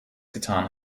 getan